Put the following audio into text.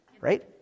right